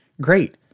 great